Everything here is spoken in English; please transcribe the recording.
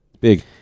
Big